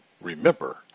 Remember